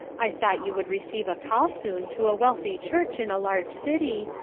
i thought you would receive a call soon to a wealthy church in a large city,